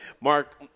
Mark